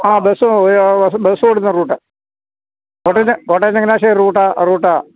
ആ ബസ്സ് ഓടുന്ന റൂട്ടാണ് കോട്ടയം ചങ്ങനാശ്ശേരി റൂട്ടാണ്